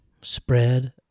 spread